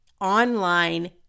online